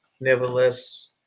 Nevertheless